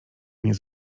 mnie